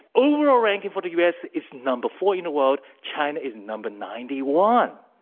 overall ranking for the u. s. is number four in the world. china is number ninety one.